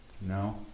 No